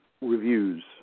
Reviews